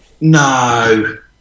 No